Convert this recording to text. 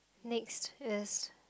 next is